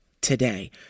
Today